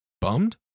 Bummed